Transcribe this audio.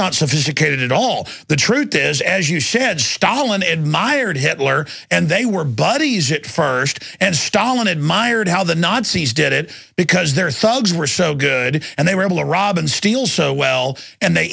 not sophisticated at all the truth is as you shed stalin admiring hitler and they were bodies at first and stalin admired how the nazis did it because their sounds were so good and they were able to rob and steal so well and they